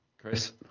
Chris